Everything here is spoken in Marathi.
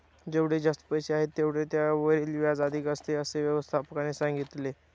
जेवढे जास्त पैसे आहेत, तेवढे त्यावरील व्याज अधिक असते, असे व्यवस्थापकाने सांगितले